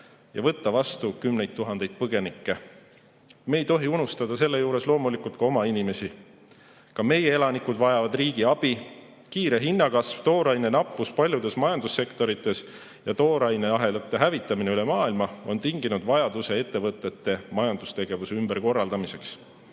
ja võtta vastu kümneid tuhandeid põgenikke. Me ei tohi unustada selle juures loomulikult ka oma inimesi. Ka meie elanikud vajavad riigi abi. Kiire hinnakasv, tooraine nappus paljudes majandussektorites ja tooraineahelate hävitamine üle maailma on tinginud vajaduse ettevõtete majandustegevuse ümberkorraldamiseks.